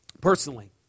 personally